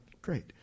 great